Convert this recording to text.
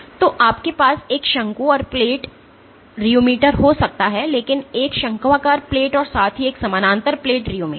तो आपके पास एक शंकु और प्लेट रियोमीटर हो सकता है लेकिन एक शंक्वाकार प्लेट और साथ ही एक समानांतर प्लेट रियोमीटर